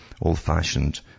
old-fashioned